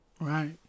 Right